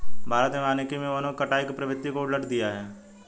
भारत में वानिकी मे वनों की कटाई की प्रवृत्ति को उलट दिया है